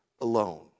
alone